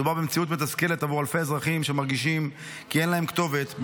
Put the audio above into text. מדובר במציאות מתסכלת עבור אלפי אזרחים שמרגישים כי אין להם כתובת,